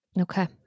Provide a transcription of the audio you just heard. Okay